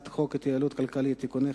לאף אחד להונות את המוסד לביטוח לאומי.